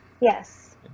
Yes